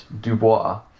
Dubois